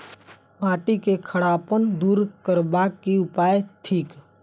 माटि केँ खड़ापन दूर करबाक की उपाय थिक?